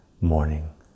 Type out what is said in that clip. morning